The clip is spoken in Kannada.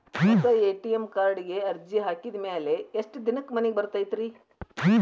ಹೊಸಾ ಎ.ಟಿ.ಎಂ ಕಾರ್ಡಿಗೆ ಅರ್ಜಿ ಹಾಕಿದ್ ಮ್ಯಾಲೆ ಎಷ್ಟ ದಿನಕ್ಕ್ ಮನಿಗೆ ಬರತೈತ್ರಿ?